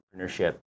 entrepreneurship